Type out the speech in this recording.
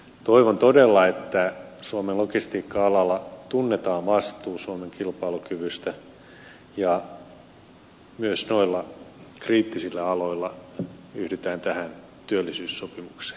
toivon todella että suomen logistiikka alalla tunnetaan vastuu suomen kilpailukyvystä ja myös noilla kriittisillä aloilla yhdytään tähän työllisyyssopimukseen